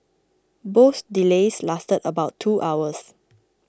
both delays lasted about two hours